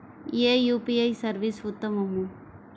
ఏ UPI service ఉత్తమము?